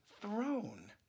throne